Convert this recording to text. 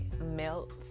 melt